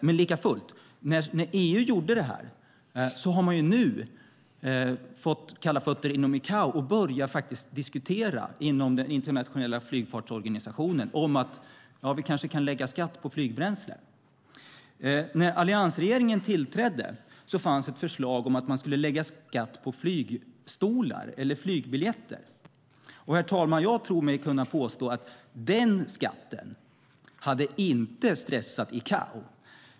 Men likafullt, när EU har startat arbetet har man nu fått kalla fötter inom ICAO och börjat diskutera inom den internationella flygfartsorganisationen att kanske lägga skatt på flygbränsle. När alliansregeringen tillträdde fanns ett förslag om att lägga skatt på flygstolar eller flygbiljetter. Herr talman! Jag tror mig kunna påstå att den skatten inte hade stressat ICAO.